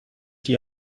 die